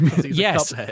Yes